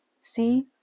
See